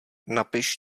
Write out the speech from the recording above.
napiš